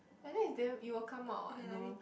like that is damn it will come out what no